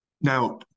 Now